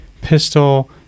pistol